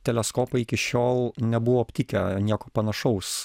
teleskopai iki šiol nebuvo aptikę nieko panašaus